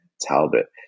Talbot